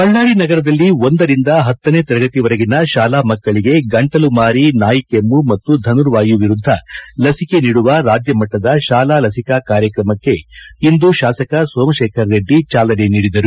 ಬಳ್ಳಾರಿ ನಗರದಲ್ಲಿ ಒಂದರಿಂದ ಪತ್ತನೇ ತರಗತಿವರೆಗಿನ ಶಾಲಾ ಮಕ್ಕಳಿಗೆ ಗಂಟಲು ಮಾರಿ ನಾಯಿಕೆಮ್ಮ ಮತ್ತು ಧನುರ್ವಾಯು ವಿರುದ್ಧ ಲಸಿಕೆ ನೀಡುವ ರಾಜ್ಯ ಮಟ್ಟದ ಶಾಲಾ ಲಸಿಕಾ ಕಾರ್ಯತ್ರಮಕ್ಕೆ ಇಂದು ಶಾಸಕ ಸೋಮಶೇಖರ ರೆಡ್ಡಿ ಚಾಲನೆ ನೀಡಿದರು